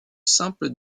simple